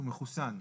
שהוא מחוסן.